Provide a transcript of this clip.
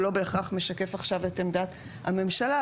הוא לא בהכרח משקף עכשיו את עמדת הממשלה,